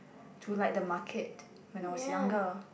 to like the market when I was younger